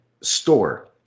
store